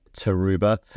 Taruba